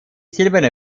silberne